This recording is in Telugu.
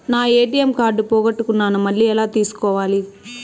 నా ఎ.టి.ఎం కార్డు పోగొట్టుకున్నాను, మళ్ళీ ఎలా తీసుకోవాలి?